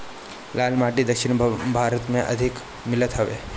लाल माटी दक्षिण भारत में अधिका मिलत हवे